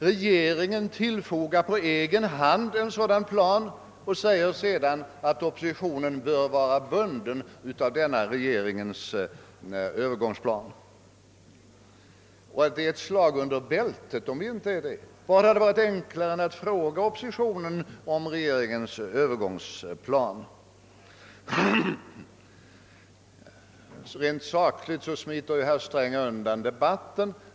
Regeringen tillfogar på egen hand en sådan plan och säger sedan att oppositionen bör vara bunden av denna regeringens övergångsplan och att det är ett slag under bältet om vi inte är det. Vad hade varit enklare än att fråga oppositionen om regeringens övergångsplan? Rent sakligt sett smiter herr Sträng undan debatten.